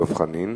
דב חנין.